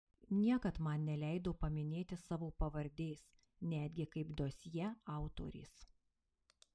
niekad man neleido paminėti savo pavardės netgi kaip dosjė autorės